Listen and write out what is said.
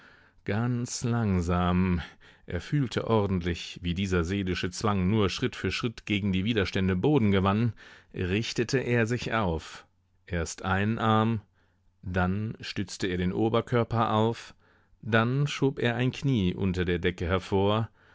ganz langsam er fühlte ordentlich wie dieser seelische zwang nur schritt für schritt gegen die widerstände boden gewann richtete er sich auf erst einen arm dann stützte er den oberkörper auf dann schob er ein knie unter der decke hervor